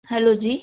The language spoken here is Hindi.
हेलो जी